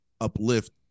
uplift